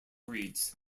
reads